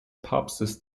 papstes